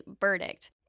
verdict